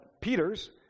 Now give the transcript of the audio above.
Peter's